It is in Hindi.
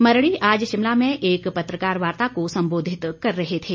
मरड़ी आज शिमला में एक पत्रकार वार्ता को सम्बोधित कर रहे थे